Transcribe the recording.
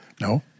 No